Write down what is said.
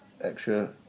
extra